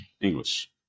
English